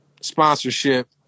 sponsorship